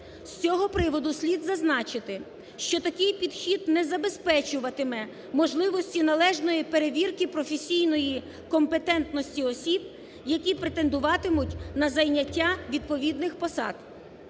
З цього приводу слід зазначити, що таких підхід не забезпечуватиме можливості належної перевірки професійної компетентності осіб, які претендуватимуть на зайняття відповідних посад.